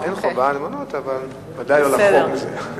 אין חובה למלא, אבל ודאי לא לחרוג מזה.